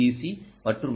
C மற்றும் L